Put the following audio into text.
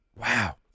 Wow